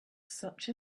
such